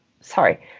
sorry